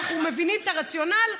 אנחנו מבינים את הרציונל.